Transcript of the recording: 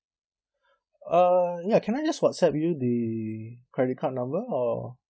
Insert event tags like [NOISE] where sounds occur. [BREATH] uh ya can I just whatsapp you the credit card number or